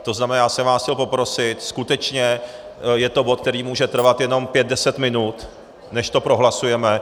Chtěl jsem vás poprosit, skutečně je to bod, který může trvat jenom pět deset minut, než to prohlasujeme.